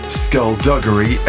skullduggery